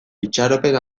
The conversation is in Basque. itxaropen